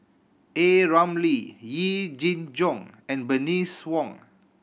A Ramli Yee Jenn Jong and Bernice Wong